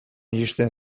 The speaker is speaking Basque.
iristen